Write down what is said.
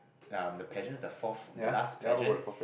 ya the pageants the fourth the last pageants